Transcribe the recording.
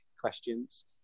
questions